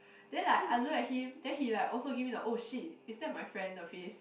then like I look at him then he like also give me the oh shit is that my friend the face